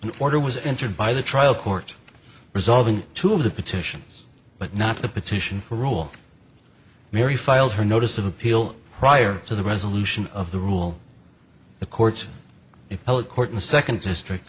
an order was entered by the trial court resolving two of the petitions but not the petition for rule mary filed her notice of appeal prior to the resolution of the rule the court a public court in the second district